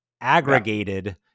aggregated